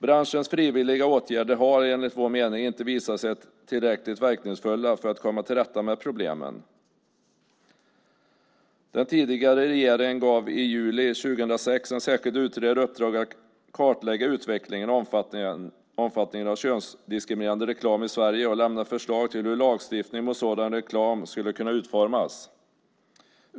Branschens frivilliga åtgärder har, enligt vår mening, inte visat sig tillräckligt verkningsfulla för att komma till rätta med problemen. Den tidigare regeringen gav i juli 2006 en särskild utredare i uppdrag att kartlägga utvecklingen och omfattningen av könsdiskriminerande reklam i Sverige och lämna förslag till hur lagstiftning mot sådan reklam skulle kunna utformas.